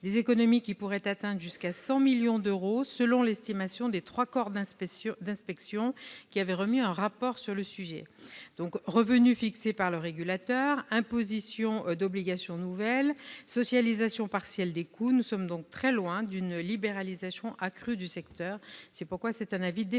collectivité, qui pourraient atteindre jusqu'à 100 millions d'euros, selon l'estimation des trois corps d'inspection ayant remis un rapport sur le sujet. Revenu fixé par le régulateur, imposition d'obligations nouvelles, socialisation partielle des coûts : nous sommes donc très loin d'une libéralisation accrue du secteur ! L'avis de la